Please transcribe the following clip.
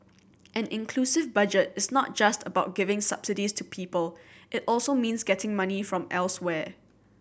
an inclusive Budget is not just about giving subsidies to people it also means getting money from elsewhere